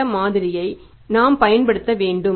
இந்த மாதிரியை நாம் பயன்படுத்த வேண்டும்